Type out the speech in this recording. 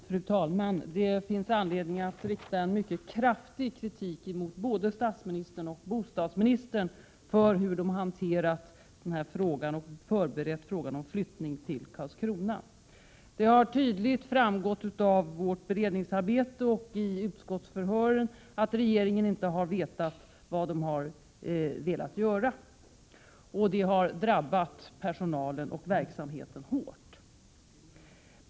Fru talman! Det finns anledning att rikta en mycket kraftig kritik mot både statsministern och bostadsministern för deras hantering av frågan om flyttning till Karlskrona. Det har tydligt framgått av vårt beredningsarbete och vid utskottsförhören att regeringen inte har vetat vad den vill göra, vilket har drabbat personalen och verksamheten hårt.